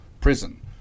prison